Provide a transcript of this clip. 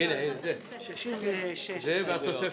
ההצעה לא נתקבלה ותעלה